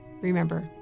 remember